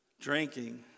drinking